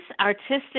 artistic